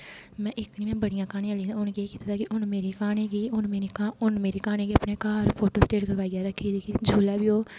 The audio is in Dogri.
में इक नेईं में बड़ियां क्हानियां लिखी दियां उ'नें केह् कीते दा कि उन्न मेरी क्हानी गी उन्न मेरी क्हानी गी अपने घर फोटोस्टेट करवाइयै रक्खी दी जिसलै बी ओह्